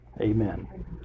Amen